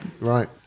Right